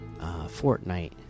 Fortnite